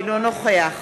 אינו נוכח